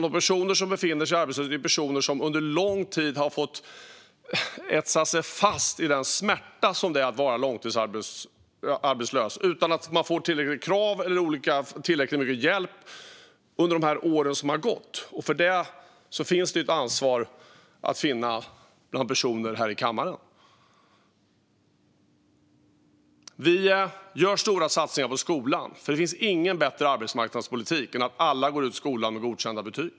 De personer som befinner sig i arbetslöshet är personer som under lång tid har fått etsa sig fast i den smärta som det innebär att vara långtidsarbetslös utan att ha fått tillräckliga krav på sig eller tillräckligt mycket hjälp under de år som har gått. För detta finns det ett ansvar bland personer här i kammaren. Vi gör stora satsningar på skolan, för det finns ingen bättre arbetsmarknadspolitik än att alla går ut skolan med godkända betyg.